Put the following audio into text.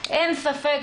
אין ספק,